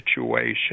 situation